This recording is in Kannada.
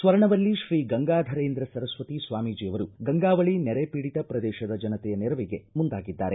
ಸ್ವರ್ಣವಲ್ಲೀ ಶ್ರೀ ಗಂಗಾಧರೇಂದ್ರ ಸರಸ್ವತೀ ಸ್ವಾಮೀಟಿ ಅವರು ಗಂಗಾವಳೀ ನೆರೆ ಪೀಡಿತ ಪ್ರದೇಶದ ಜನತೆಯ ನೆರವಿಗೆ ಮುಂದಾಗಿದ್ದಾರೆ